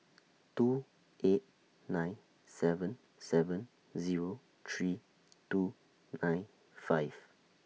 two eight nine seven seven Zero three two nine five